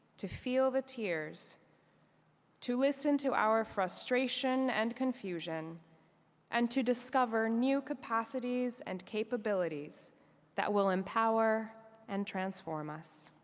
to feel the tears to listen to our frustration and confusion and to discover new capacities and capabilities that will empower and transform us.